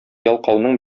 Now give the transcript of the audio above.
ялкауның